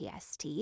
PST